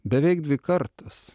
beveik dvi kartus